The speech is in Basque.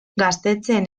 gaztetxeen